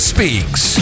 Speaks